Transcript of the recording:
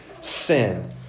sin